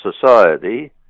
society